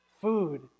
food